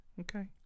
Okay